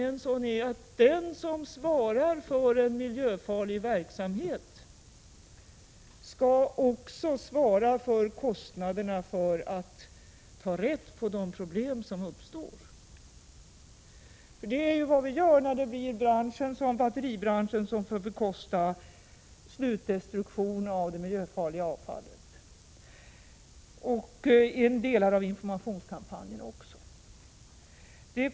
En av principerna är den att den som ägnar sig åt miljöfarlig verksamhet också skall svara för kostnaderna för att klara av de problem som uppstår. Här blir det ju batteribranschen som får bekosta slutdestruktionen av det miljöfarliga avfallet, liksom också delar av informationskampanjen.